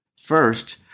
First